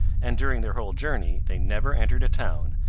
and, during their whole journey, they never entered a town,